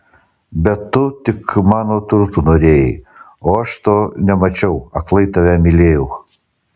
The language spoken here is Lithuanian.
bet tu tik mano turtų norėjai o aš to nemačiau aklai tave mylėjau